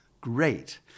great